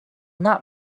not